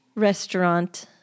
restaurant